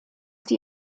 die